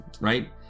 right